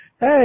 Hey